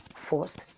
first